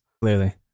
Clearly